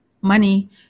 money